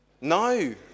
No